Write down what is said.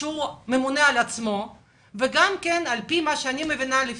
ממונה על עצמו ועל פי מה שאני מבינה הוא